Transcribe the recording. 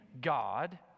God